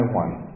one